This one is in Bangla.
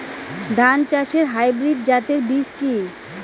ধান চাষের হাইব্রিড জাতের বীজ কি?